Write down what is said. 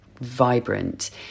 vibrant